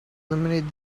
eliminate